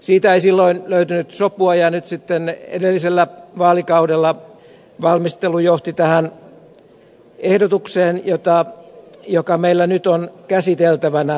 siitä ei silloin löytynyt sopua ja edellisellä vaalikaudella valmistelu johti tähän ehdotukseen joka meillä nyt on käsiteltävänä